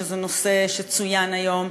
שזה נושא שצוין היום,